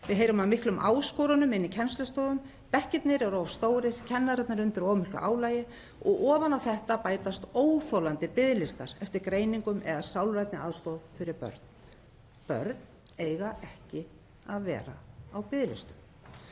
Við heyrum af miklum áskorunum inn í kennslustofum, bekkirnir eru of stórir, kennarar eru undir of miklu álagi og ofan á þetta bætast óþolandi biðlistar eftir greiningum eða sálrænni aðstoð fyrir börn. Börn eiga ekki að vera á biðlistum.